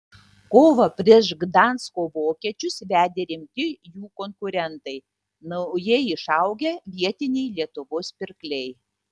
kovą prieš gdansko vokiečius vedė rimti jų konkurentai naujai išaugę vietiniai lietuvos pirkliai